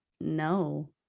no